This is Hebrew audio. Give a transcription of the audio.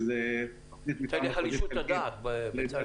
שזו תוכנית מתאר מחוזית חלקית.